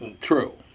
True